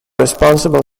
responsible